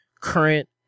current